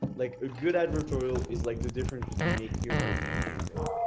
like a good advertorial is like the difference between making or breaking a campaign.